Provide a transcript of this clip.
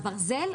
הברזל.